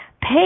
pay